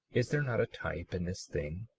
is there not a type in this thing?